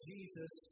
Jesus